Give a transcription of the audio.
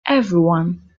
everyone